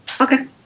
Okay